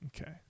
Okay